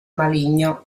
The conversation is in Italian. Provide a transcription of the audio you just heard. maligno